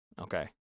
Okay